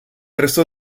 resto